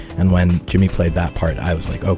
and when jimmy played that part i was like, oh.